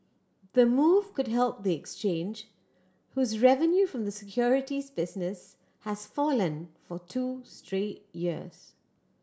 the move could help the exchange whose revenue from the securities business has fallen for two straight years